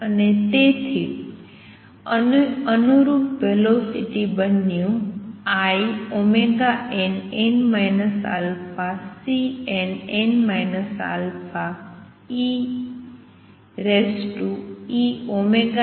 અને તેથી અનુરૂપ વેલોસિટી બન્યું inn αCnn α einn αt